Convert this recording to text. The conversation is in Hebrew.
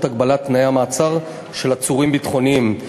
הגבלת תנאי המעצר של עצורים ביטחוניים.